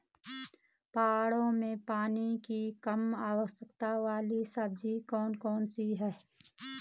पहाड़ों में पानी की कम आवश्यकता वाली सब्जी कौन कौन सी हैं?